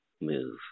move